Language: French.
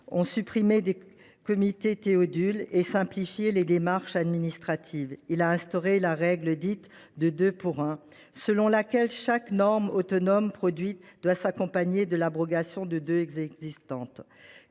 ont supprimé des comités Théodule et simplifié les démarches administratives. Le Gouvernement a instauré la règle dite du deux pour un, selon laquelle chaque norme autonome produite doit s’accompagner de l’abrogation de deux normes existantes.